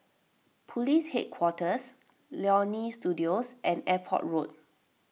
Police Headquarters Leonie Studio and Airport Road